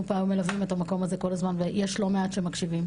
מלווים את המקום הזה כל הזמן ויש לא מעט שמקשיבים,